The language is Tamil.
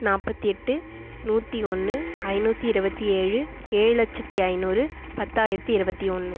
நாற்பத்தி எட்டு நூற்றி ஒன்று ஐநூற்றி இருபத்தி ஏழு ஏழுலட்ச்சத்தி ஐநூறு பத்தாயரத்தி இருபத்தி ஒன்று